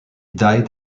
died